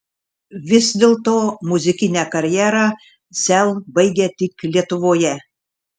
vis dėlto muzikinę karjerą sel baigia tik lietuvoje